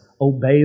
Obey